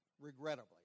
regrettably